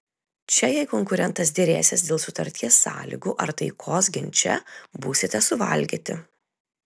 čia jei konkurentas derėsis dėl sutarties sąlygų ar taikos ginče būsite suvalgyti